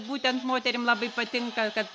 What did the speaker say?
būtent moterim labai patinka kad